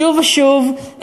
שוב ושוב,